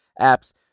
apps